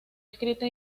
escrita